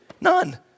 none